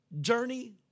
journey